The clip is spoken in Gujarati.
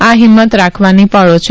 આ હિંમત રાખવાની પળો છે